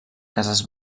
cases